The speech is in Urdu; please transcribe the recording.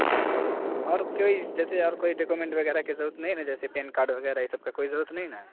ہاں اور پھر جیسے اور کوئی ڈکومنٹ وغیرہ کی ضرورت نہیں ہے نا جیسے پین کارڈ وغیرہ یہ سب کا ضرورت نہیں نا